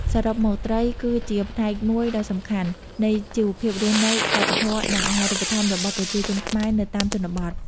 សរុបមក ត្រីគឺជាផ្នែកមួយដ៏សំខាន់ នៃជីវភាពរស់នៅ វប្បធម៌ និងអាហារូបត្ថម្ភរបស់ប្រជាជនខ្មែរនៅតាមជនបទ។